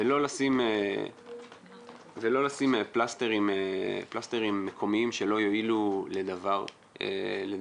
ולא לשים פלסטר מקומיים שלא יועילו לדבר לדעתנו.